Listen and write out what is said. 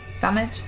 Damage